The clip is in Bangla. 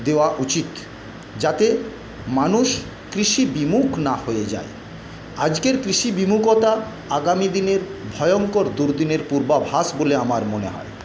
দেওয়া উচিৎ যাতে মানুষ কৃষি বিমুখ না হয়ে যায় আজকের কৃষি বিমুখতা আগামী দিনের ভয়ংকর দুর্দিনের পূর্বাভাস বলে আমার মনে হয়